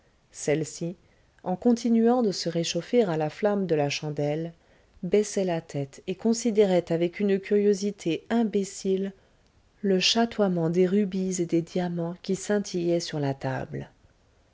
celle-ci en continuant de se réchauffer à la flamme de la chandelle baissait la tête et considérait avec une curiosité imbécile le chatoiement des rubis et des diamants qui scintillaient sur la table